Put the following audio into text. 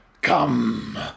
Come